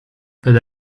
but